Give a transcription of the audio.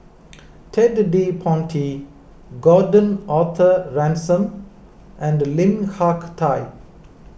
Ted De Ponti Gordon Arthur Ransome and Lim Hak Tai